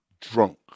drunk